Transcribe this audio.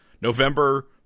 November